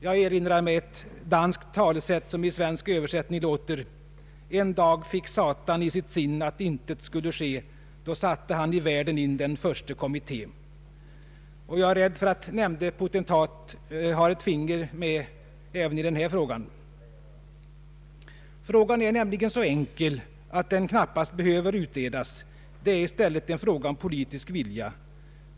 Jag erinrar mig ett danskt talesätt, som i svensk översättning låter: att intet skulle ske då satte han i världen in Jag är rädd för att nämnde potentat har ett finger med även i det här spelet. Frågan är nämligen så enkel att den knappast behöver utredas. Det är i stället en fråga om politisk vilja.